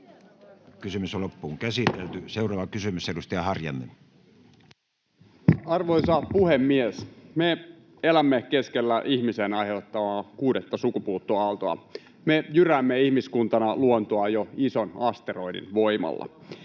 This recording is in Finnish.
(Atte Harjanne vihr) Time: 16:57 Content: Arvoisa puhemies! Me elämme keskellä ihmisen aiheuttamaa kuudetta sukupuuttoaaltoa. Me jyräämme ihmiskuntana luontoa jo ison asteroidin voimalla.